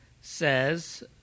says